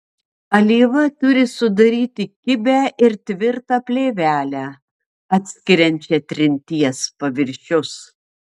alyva turi sudaryti kibią ir tvirtą plėvelę atskiriančią trinties paviršius